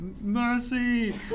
Mercy